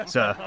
Sir